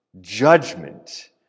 judgment